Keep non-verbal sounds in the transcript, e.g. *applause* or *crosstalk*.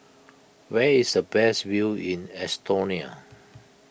where is the best view in Estonia *noise*